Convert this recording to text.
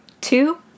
Two